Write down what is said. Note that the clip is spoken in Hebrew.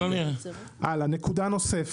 נושא נוסף